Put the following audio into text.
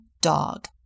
dog